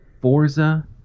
Forza